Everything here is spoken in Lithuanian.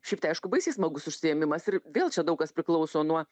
šiaip tai aišku baisiai smagus užsiėmimas ir vėl čia daug kas priklauso nuo